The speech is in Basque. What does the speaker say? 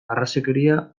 arrazakeria